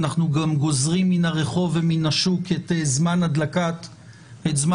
אנחנו גם גוזרים מן הרחוב ומן השוק את זמן הדלקת הנרות,